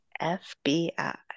fbi